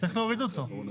צריך להוריד אותו.